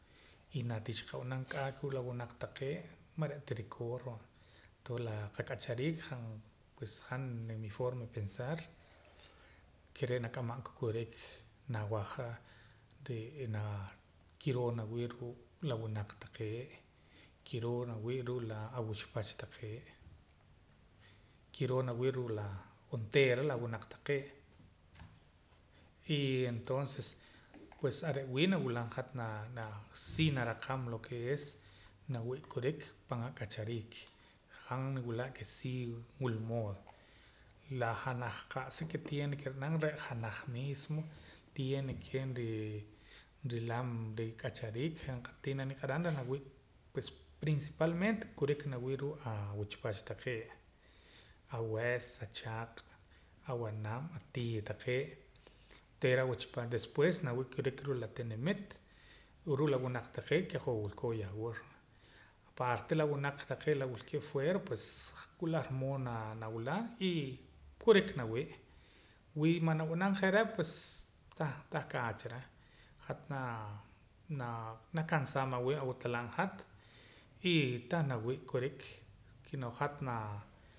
Y naa tii cha qab'anam k'aa kuu' la winaq taqee' man re'ta rikoor va toonses la qak'achariik han pues han niforma de pensar ke re' nak'amam ka kurik nawaja re'ee naa kiroo nawii' ruu' la winaq taqee' kiroo nawii' ruu' la awuxpach taqee' kiroo nawii' ruu' la onteera la winaq taqee' y entonces pues are' wii' nawilam hat na naa sinaraqam lo ke es nawii' kurik pan ak'achariik han niwila' ke si wila mood la janaj qa'sa ke tiene ke nawilam re' janaj mismo tiene ke nrii nrilam rik'achariik je'tii naniq'aram reh nawii' pues principalmente kurik nawii' ruu' awuchpach taqeee' awes achaaq' awanaab' atiiya taqee' onteera awach después nawii' kurik ruu' la tinimit o ruu' la winaq taqee' ke hoj wilkooj yahwur va apaarta la winaq taqee' la wilkee' fuera pues wila ar mood naa nawila' y kurik nawii' wi mana b'anam je're' pues tah kaach reh hat naa nakansaam awiib' awatalab' hat y tah nawii' kurik kino hat na